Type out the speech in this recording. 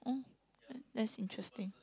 oh that that's interesting